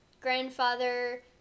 grandfather